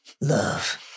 Love